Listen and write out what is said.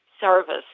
service